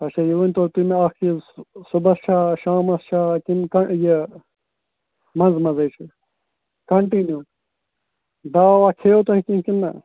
اَچھا یہِ ؤنۍتَو تُہۍ مےٚ اَکھ چیٖز صُبَحس چھا شامَس چھا کِنہٕ کیا یہِ منٛزٕ منٛزٕے چھِ کَنٹِنیوٗ دوا وَوا کھیِٚیو تۄہہِ کیٚنٛہہ کِنہٕ نا